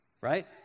right